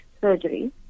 surgery